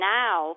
now